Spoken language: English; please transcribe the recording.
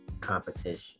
competition